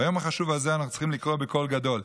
ביום החשוב הזה אנחנו צריכים לקרוא בקול גדול: